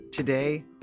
Today